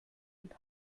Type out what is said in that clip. und